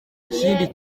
kindi